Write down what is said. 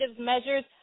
measures